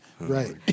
Right